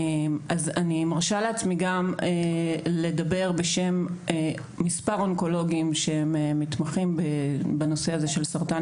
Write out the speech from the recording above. אני מרשה לעצמי לדבר בשם מספר אונקולוגים שמתמחים בנושא הזה של סרטן